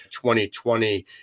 2020